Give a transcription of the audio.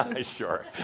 Sure